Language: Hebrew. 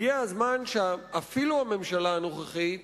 הגיע הזמן שאפילו הממשלה הנוכחית